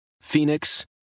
Phoenix